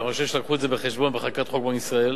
אני חושב שהביאו את זה בחשבון בחקיקת חוק בנק ישראל.